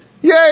Yay